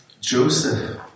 Joseph